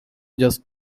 just